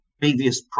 previous